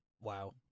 wow